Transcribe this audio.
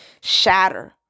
shatter